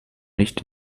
nicht